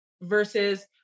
versus